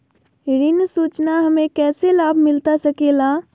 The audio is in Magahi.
ऋण सूचना हमें कैसे लाभ मिलता सके ला?